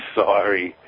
sorry